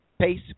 Pace